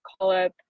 call-up